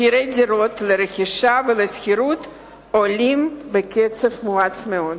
מחירי דירות לרכישה ולשכירות עולים בקצב מואץ מאוד.